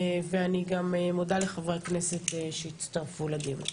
ואני גם מודה לחברי הכנסת שהצטרפו לדיון.